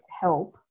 help